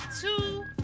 two